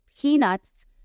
peanuts